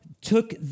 took